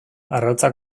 arrautza